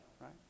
right